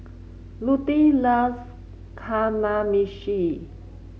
Lutie loves Kamameshi